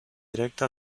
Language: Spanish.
directa